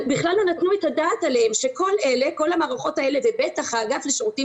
בכלל לא נתנו את הדעת עליהם שכל המערכות האלה ובטח האגף לשירותים